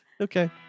Okay